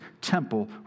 temple